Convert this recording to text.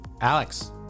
Alex